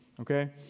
okay